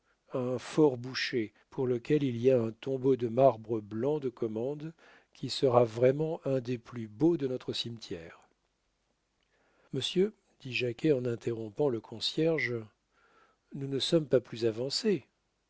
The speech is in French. un fort boucher pour lequel il y a un tombeau de marbre blanc de commandé qui sera vraiment un des plus beaux de notre cimetière monsieur dit jacquet en interrompant le concierge nous ne sommes pas plus avancés